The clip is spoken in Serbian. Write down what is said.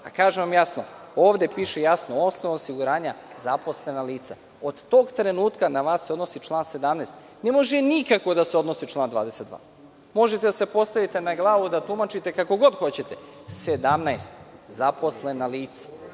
vam jasno, ovde piše: osnov osiguranja - zaposlena lica. Od tog trenutka na vas se odnosi član 17. i ne može nikako da se odnosi član 22. Možete da se postavite na glavu i da tumačite kako god hoćete, član 17. zaposlena lica.